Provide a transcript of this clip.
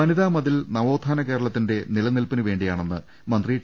വനിതാ മതിൽ നവോത്ഥാന കേരളത്തിന്റെ നിലനിൽപ്പിന് വേണ്ടി യാണെന്ന് മന്ത്രി ടി